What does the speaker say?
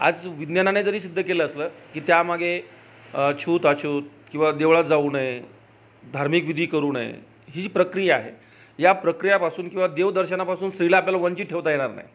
आज विज्ञानाने जरी सिद्ध केलं असलं की त्यामागे छूत अछूत किंवा देवळात जाऊ नये धार्मिक विधी करू नये ही जी प्रक्रिया आहे या प्रक्रियापासून किंवा देवदर्शनापासून स्त्रीला आपल्याला वंचित ठेवता येणार नाही